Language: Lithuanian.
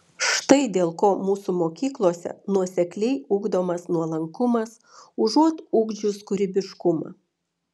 štai dėl ko mūsų mokyklose nuosekliai ugdomas nuolankumas užuot ugdžius kūrybiškumą